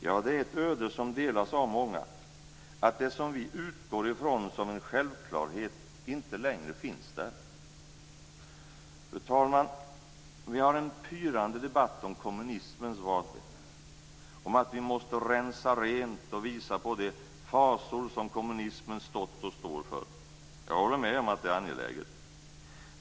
Ja, det är ett öde som delas av många, att det som vi utgår ifrån som en självklarhet inte längre finns där. Fru talman! Vi har en pyrande debatt om kommunismens vanvett, om att vi måste rensa rent och visa på de fasor som kommunismen stått och står för. Jag håller med om att det är angeläget.